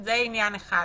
זה עניין אחד.